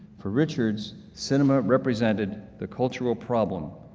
for richards, cinema represented the cultural problem,